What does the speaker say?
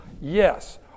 yes